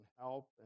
help